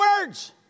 words